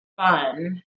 fun